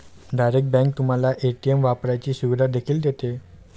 direct bank तुम्हाला ATM वापरण्याची सुविधा देखील देते